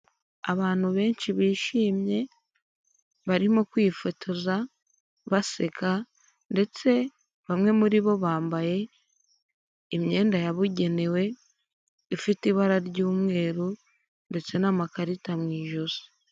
Abantu benshi bishimye, barimo kwifotoza baseka ndetse bamwe muri bo bambaye imyenda yabugenewe ifite ibara ry'umweru ndetse n'amakarita mu ijosi.